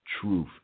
truth